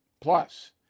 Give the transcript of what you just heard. Plus